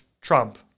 Trump